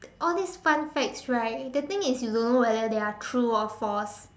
all this fun facts right the thing is you don't know whether they are true or false